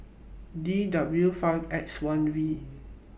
D W five X one V